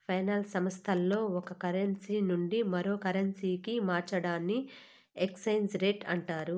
finance సంస్థల్లో ఒక currency నుండి మరో కరెన్సీకి మార్చడాన్ని ఎక్స్చేంజ్ రేట్ అంటారు